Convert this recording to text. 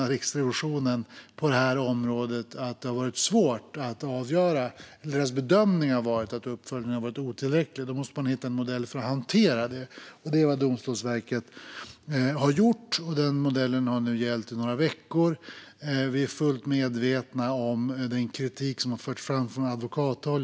Riksrevisionens bedömning har varit att uppföljningen har varit otillräcklig. Då måste man hitta en modell för att hantera detta. Det är vad Domstolsverket har gjort, och denna modell har nu gällt i några veckor. Vi är fullt medvetna om den kritik som har förts fram från advokathåll.